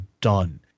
done